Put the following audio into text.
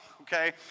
okay